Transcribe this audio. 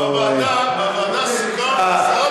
בוועדה סיכמנו עשרה דוברים.